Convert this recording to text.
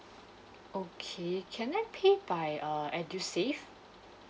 okay can I pay by err edusave